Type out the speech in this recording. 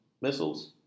missiles